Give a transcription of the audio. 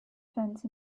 fence